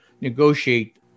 negotiate